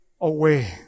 away